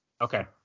Okay